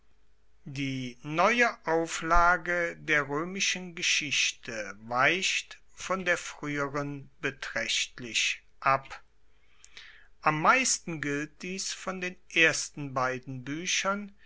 die neue auflage der roemischen geschichte weicht von der frueheren betraechtlich ab am meisten gilt dies von den beiden